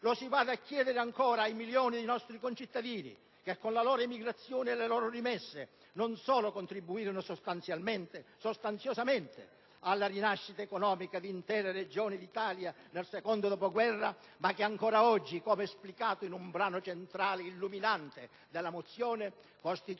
Lo si vada a chiedere, ancora, ai milioni di nostri concittadini che, con la loro emigrazione e le loro rimesse, non solo contribuirono sostanziosamente alla rinascita economica di intere Regioni d'Italia nel secondo dopoguerra, ma che ancora oggi, come esplicato in un brano centrale illuminante della mozione, costituiscono,